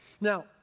Now